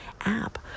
app